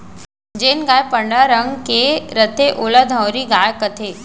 जेन गाय पंडरा रंग के रथे ओला धंवरी गाय कथें